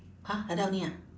!huh! like that only ah